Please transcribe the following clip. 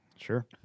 Sure